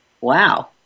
Wow